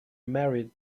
married